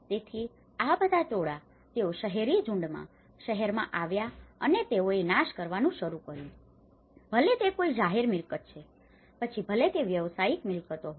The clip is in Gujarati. તેથી આ બધાં ટોળાં તેઓ શહેરી ઝુંડમાં શહેરમાં આવ્યા અને તેઓએ નાશ કરવાનું શરૂ કર્યું ભલે તે કોઈ જાહેર મિલકત છે પછી ભલે તે વ્યવસાયિક મિલકતો હોય